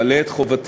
אני ממלא את חובתי,